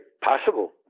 possible